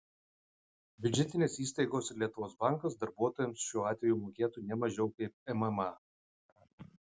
biudžetinės įstaigos ir lietuvos bankas darbuotojams šiuo atveju mokėtų ne mažiau kaip mma